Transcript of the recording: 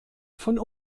von